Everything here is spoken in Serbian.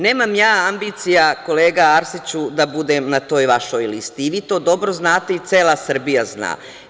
Nemam ja ambicija, kolega Arsiću, da budem na toj vašoj listi i vi to dobro znate i cela Srbija zna.